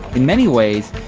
in many ways,